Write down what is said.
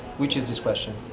which is this question?